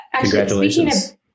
Congratulations